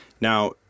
Now